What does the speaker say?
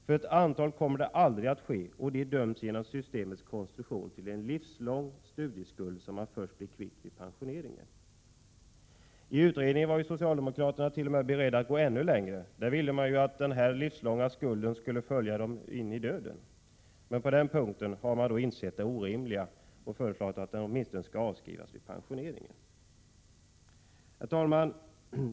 För ett antal kommer det aldrig att ske, och de döms genom systemets konstruktion till en livslång studieskuld, som de först blir kvitt vid pensioneringen. I utredningen var socialdemokraterna t.o.m. beredda att gå ännu längre. Då ville de att den livslånga skulden skulle följa med in i döden, men på den punkten har de insett det orimliga och i stället föreslagit att den åtminstone avskrivs vid pensioneringen. Herr talman!